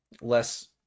Less